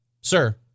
Sir